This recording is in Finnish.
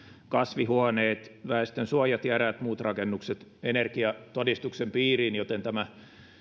kasvihuoneet väestönsuojat ja eräät muut rakennukset energiatodistuksen piiriin joten tämä